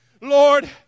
Lord